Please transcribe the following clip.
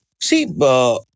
See